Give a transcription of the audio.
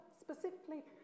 specifically